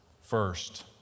first